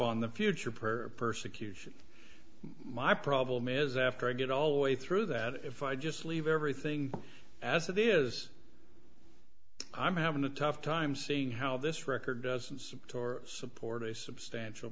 on the future per persecution my problem is after i get all the way through that if i just leave everything as it is i'm having a tough time seeing how this record doesn't support